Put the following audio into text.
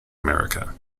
america